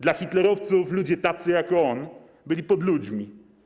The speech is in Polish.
Dla hitlerowców ludzie tacy jak on byli podludźmi.